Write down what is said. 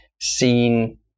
seen